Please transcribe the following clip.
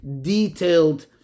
detailed